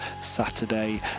Saturday